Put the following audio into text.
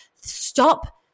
stop